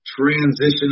transition